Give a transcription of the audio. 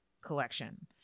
collection